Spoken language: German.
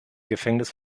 gefängnis